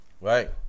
Right